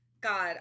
God